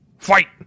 Fight